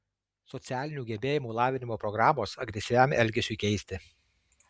socialinių gebėjimų lavinimo programos agresyviam elgesiui keisti